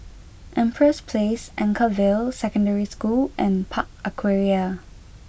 Empress Place Anchorvale Secondary School and Park Aquaria